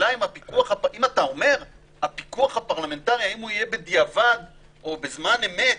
אם אתה אומר האם הפיקוח הפרלמנטרי יהיה בדיעבד או בזמן אמת